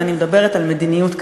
ואני מדברת על מדיניות קנאביס.